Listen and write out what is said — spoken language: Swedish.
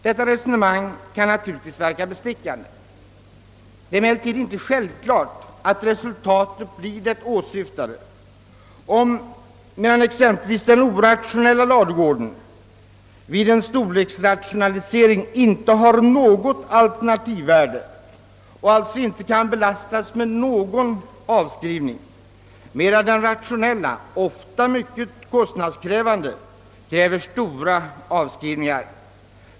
Detta resonemang kan naturligtvis verka bestickande. Emellertid är det inte självklart att resultatet blir det åsyftade, emedan exempelvis den orationella ladugården vid en storleksrationalisering inte har något alternativvärde och alltså inte kan belastas med någon avskrivning, medan den rationella, ofta mycket kostnadskrävande, kräver stora avskrivningar.